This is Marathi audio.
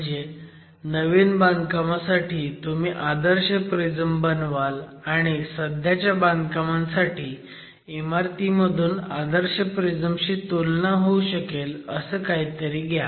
म्हणजे नवीन बांधकामासाठी तुम्ही आदर्श प्रिझम बनवाल आणि सध्याच्या बांधकामासाठी इमारतीमधून आदर्श प्रिझम शी तुलना होऊ शकेल असं काहीतरी घ्या